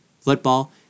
football